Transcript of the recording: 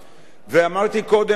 זה לא רק עניין של אכיפה,